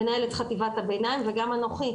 מנהלת חטיבת הביניים וגם אנוכי,